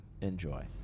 Enjoy